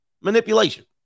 manipulation